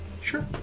Sure